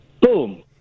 Boom